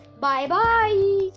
Bye-bye